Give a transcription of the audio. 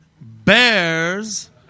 Bears